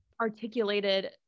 articulated